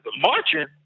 marching